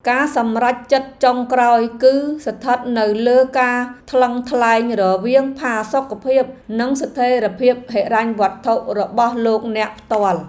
ការសម្រេចចិត្តចុងក្រោយគឺស្ថិតនៅលើការថ្លឹងថ្លែងរវាងផាសុកភាពនិងស្ថិរភាពហិរញ្ញវត្ថុរបស់លោកអ្នកផ្ទាល់។